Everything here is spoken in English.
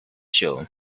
show